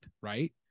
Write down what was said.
Right